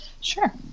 Sure